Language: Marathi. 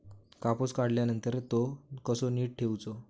कापूस काढल्यानंतर तो कसो नीट ठेवूचो?